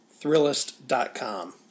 Thrillist.com